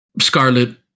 Scarlet